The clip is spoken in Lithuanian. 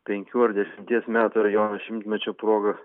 penkių ar dešimties metų ar jono šimtmečio proga